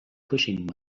pushing